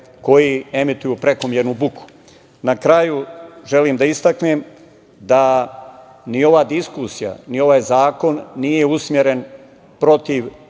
koji emituju prekomernu buku. Na kraju, želim da istaknem da ni ova diskusija, ni ovaj zakon, nije usmeren protiv